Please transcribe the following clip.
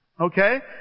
Okay